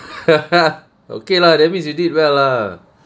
okay lah that means you did well lah